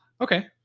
Okay